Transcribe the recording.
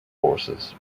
forces